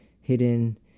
hidden